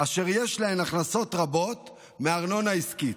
אשר יש להן הכנסות רבות מארנונה עסקית.